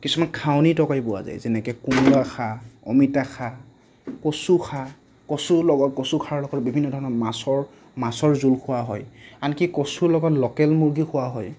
কিছুমান খাৰনি তকাৰি পোৱা যায় যেনেকৈ কোমোৰা খাৰ অমিতা খাৰ কচু খাৰ কচুৰ লগত কচু খাৰৰ লগত বিভিন্ন ধৰণৰ মাছৰ জোল খোৱা হয় আনকি কচুৰ লগত ল'কেল মুৰ্গীও খোৱা হয়